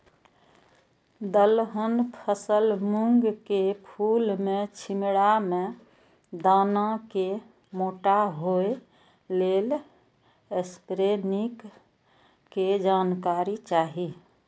दलहन फसल मूँग के फुल में छिमरा में दाना के मोटा होय लेल स्प्रै निक के जानकारी चाही?